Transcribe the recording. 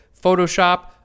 Photoshop